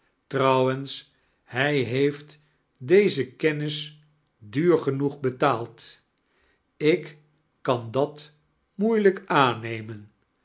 trouwens hij heeft deze kennis duuir genioeg betaald ik kan dat moeilijk aannemen